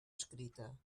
escrita